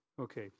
Okay